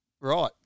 Right